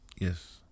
Yes